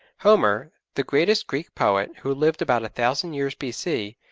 homer, the greatest greek poet, who lived about a thousand years b c,